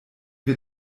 wir